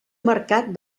mercat